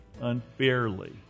unfairly